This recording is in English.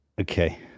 okay